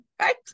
right